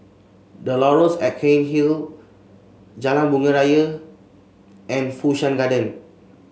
The Laurels at Cairnhill Jalan Bunga Raya and Fu Shan Garden